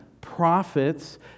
prophets